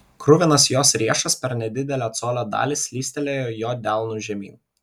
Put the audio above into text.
kruvinas jos riešas per nedidelę colio dalį slystelėjo jo delnu žemyn